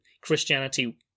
christianity